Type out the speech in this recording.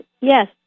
yes